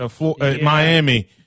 Miami